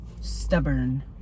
stubborn